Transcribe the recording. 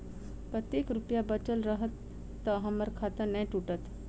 कतेक रुपया बचल रहत तऽ हम्मर खाता नै टूटत?